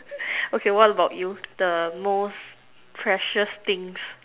okay what about you the most precious things